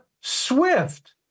SWIFT